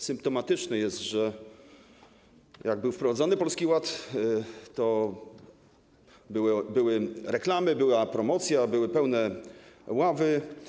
Symptomatyczne jest, że jak był wprowadzany Polski Ład, to były reklamy, była promocja, były pełne ławy.